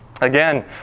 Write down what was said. Again